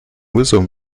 вызовом